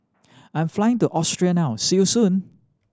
I'm flying to Austria now see you soon